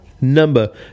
Number